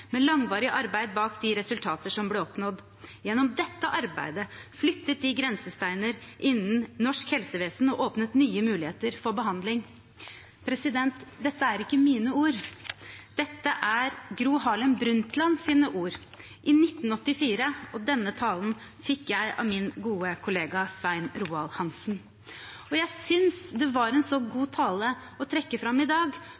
med langvarig arbeid bak de resultater som ble oppnådd. Gjennom dette arbeidet flyttet de grensesteiner innen norsk helsevesen og åpnet nye muligheter for behandling.» Dette er ikke mine ord. Dette er Gro Harlem Brundtlands ord i 1984, og denne talen fikk jeg av min gode kollega Svein Roald Hansen. Jeg synes det var en så god tale å trekke fram i dag,